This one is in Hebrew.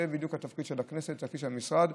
זה בדיוק התפקיד של הכנסת והתפקיד של המשרד,